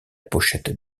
pochette